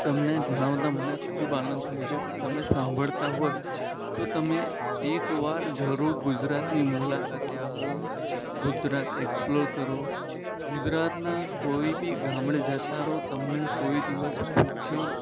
તમને જણાવતા મને ખૂબ આનંદ થાય છે કે તમે સાંભળતા હોય તો તમે એકવાર જરૂર ગુજરાતની મુલાકાતે આવો ગુજરાત એક્સપ્લોર કરો ગુજરાતનાં કોઈ બી ગામડે જતા રહો તમને કોઈ દિવસ ભૂખ્યો